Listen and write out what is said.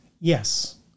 yes